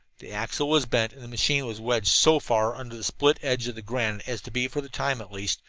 the axle was bent, and the machine was wedged so far under a split edge of the granite as to be, for the time at least,